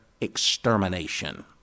extermination